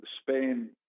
spain